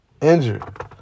injured